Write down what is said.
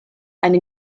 eine